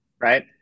right